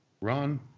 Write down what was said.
Ron